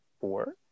four